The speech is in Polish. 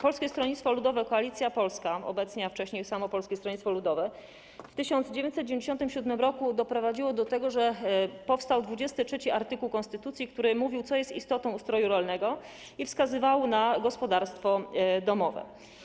Polskie Stronnictwo Ludowe - Koalicja Polska obecnie, a w wcześniej samo Polskie Stronnictwo Ludowe, w 1997 r. doprowadziło do tego, że powstał art. 23 konstytucji, który mówił, co jest istotą ustroju rolnego, i wskazywał na gospodarstwo domowe.